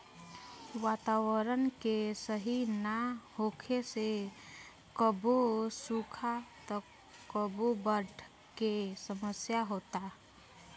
वातावरण के सही ना होखे से कबो सुखा त कबो बाढ़ के समस्या होता